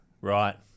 Right